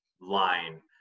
line